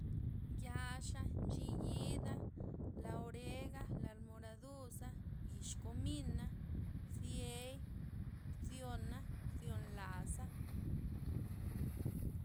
Ya'xa, nchiyida', la orega', la moraduza', yix komina', bdiey, bdyona', bdyon la'za.